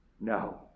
No